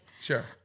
Sure